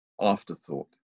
afterthought